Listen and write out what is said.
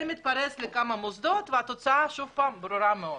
זה מתפרץ בכמה מוסדות והתוצאה ברורה מאוד.